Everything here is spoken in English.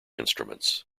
instruments